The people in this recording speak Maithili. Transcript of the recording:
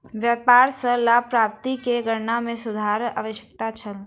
व्यापार सॅ लाभ प्राप्ति के गणना में सुधारक आवश्यकता छल